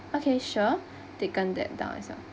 okay sure taken that down as well